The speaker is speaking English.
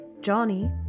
Johnny